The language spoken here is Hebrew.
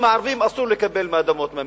הערבים אסור לקבל אדמות מהמינהל?